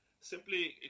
simply